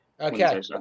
Okay